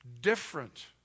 different